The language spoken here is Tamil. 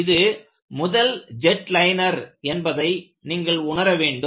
இது முதல் ஜெட்லைனர் என்பதை நீங்கள் உணர வேண்டும்